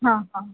हां हां